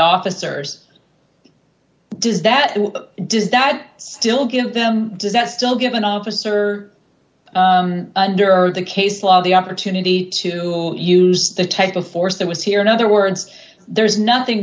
officers does that and does that still give them does that still give an officer there or the case law the opportunity to use the take of force that was here in other words there's nothing